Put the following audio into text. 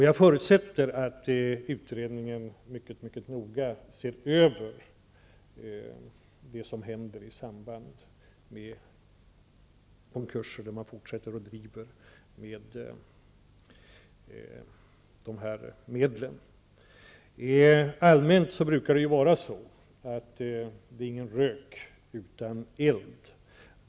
Jag förutsätter att utredningen mycket noga ser över det som händer i samband med konkurser då verksamheten fortsätter att bedrivas med hjälp av dessa medel. Allmänt brukar det vara så att det inte är någon rök utan eld.